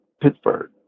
Pittsburgh